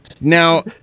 Now